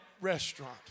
restaurant